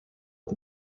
the